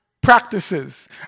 practices